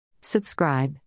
Subscribe